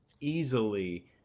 easily